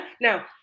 now